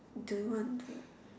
do you want to